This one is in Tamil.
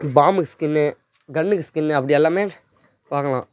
பாமுக்கு ஸ்கின்னு கன்னுக்கு ஸ்கின்னு அப்படி எல்லாமே வாங்கலாம்